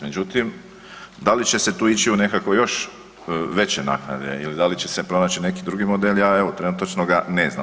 Međutim, da li će se tu ići u nekakvo još veće naknade ili da li će se pronaći neki drugi model, ja evo trenutačno ga ne znam.